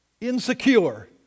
Insecure